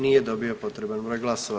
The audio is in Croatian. Nije dobio potreban broj glasova.